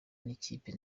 n’ikipe